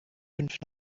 fünf